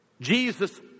Jesus